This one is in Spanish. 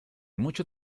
mucho